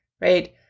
right